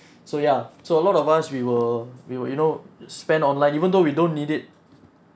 so ya so a lot of us we will we will you know spend online even though we don't need it